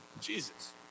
Jesus